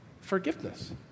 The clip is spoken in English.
forgiveness